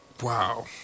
Wow